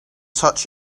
such